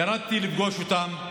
ירדתי לפגוש אותם,